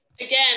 Again